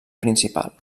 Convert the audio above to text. principal